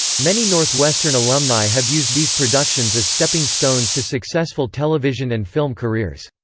many northwestern alumni have used these productions as stepping stones to successful television and film careers.